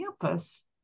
campus